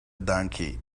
donkey